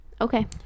okay